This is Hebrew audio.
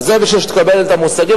זה בשביל שתקבל את המושגים,